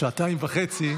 זה שעתיים וחצי,